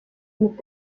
mit